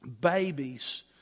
babies